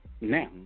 Now